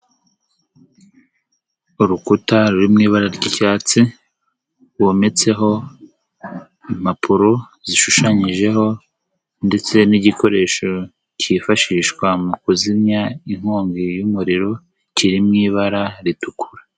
Urukuta rurimo ibara ry'icyatsi, wometseho impapuro zishushanyijeho ndetse n'igikoresho kifashishwa mu kuzimya inkongi y'umuriro, kiri mu ibara ritukura.